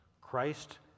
Christ